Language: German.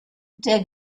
der